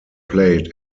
played